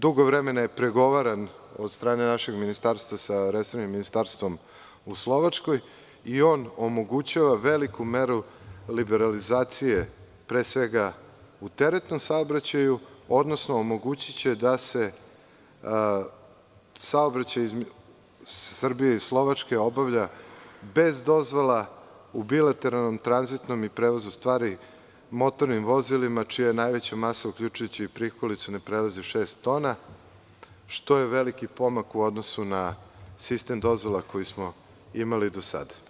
Dugo vremena je pregovaran od strane našeg ministarstva, sa resornim ministarstvom u Slovačkoj, i on omogućava veliku meru liberalizacije, pre svega u teretnom saobraćaju, odnosno omogućiće da se saobraćaj između Srbije i Slovačke obavlja bez dozvola u bilateralnom tranzitnom i prevozu stvari motornim vozilima čija je najveća masa uključujući i prikolicu ne prelazi šest tona, što je veliki pomak u odnosu na sistem dozvola koji smo imali do sada.